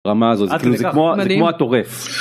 רמה הזו זה כמו, זה כמו הטורף.